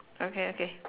okay okay